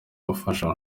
mufasha